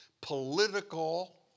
political